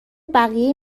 بقیه